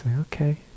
okay